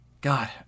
god